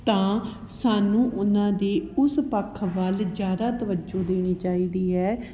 ਤਾਂ ਸਾਨੂੰ ਉਹਨਾਂ ਦੀ ਉਸ ਪੱਖ ਵੱਲ ਜ਼ਿਆਦਾ ਤਵੱਜੋ ਦੇਣੀ ਚਾਹੀਦੀ ਹੈ